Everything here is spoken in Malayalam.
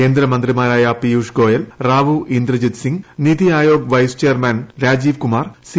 കേന്ദ്രമന്ത്രിമാരായ Piyush Goyal Rao Inderjit Singh NITI Aayog vice chairman Rajeev Kumar C